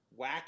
Wacky